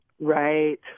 Right